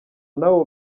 nawe